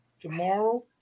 tomorrow